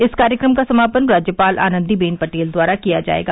इस कार्यक्रम का समापन राज्यपाल आनंदी बेन पटेल द्वारा किया जायेगा